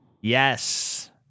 Yes